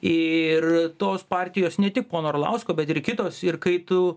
ir tos partijos ne tik pono orlausko bet ir kitos ir kai tu